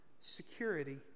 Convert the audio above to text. security